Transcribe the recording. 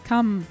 Come